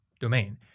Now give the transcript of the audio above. domain